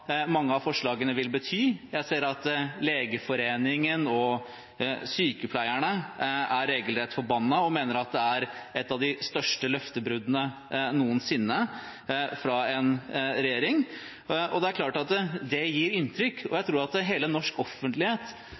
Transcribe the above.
mange av forslagene vil bety. Jeg ser at Legeforeningen og sykepleierne er regelrett forbannet og mener at dette er et av de største løftebruddene noensinne fra en regjering, og det er klart at det gjør inntrykk. Jeg tror at hele norsk offentlighet